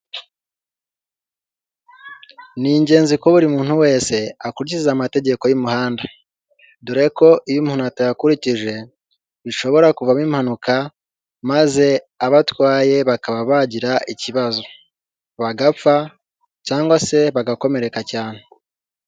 Ni ingenzi ko buri muntu wese akurikiza amategeko y'umuhanda, dore ko iyo umuntu atayakurikije bishobora kuvamo impanuka, maze abatwaye bakaba bagira ikibazo, bagapfa cyangwa se bagakomereka cyane.